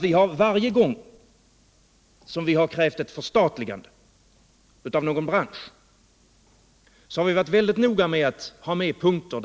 Vi har varje gång som vi har krävt ett förstatligande av någon bransch varit mycket noga med att ta med punkter.